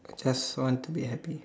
just want to be happy